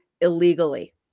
illegally